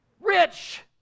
Rich